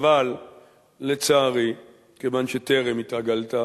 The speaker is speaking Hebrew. אבל לצערי, כיוון שטרם התרגלת,